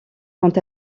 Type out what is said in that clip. quant